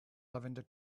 lavender